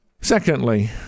Secondly